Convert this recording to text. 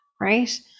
right